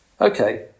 Okay